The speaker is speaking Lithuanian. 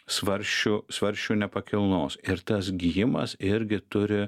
svarsčių svarsčių nepakilnos ir tas gijimas irgi turi